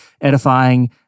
edifying